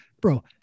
Bro